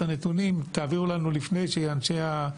את הנתונים תעבירו אלינו לפני הדיון,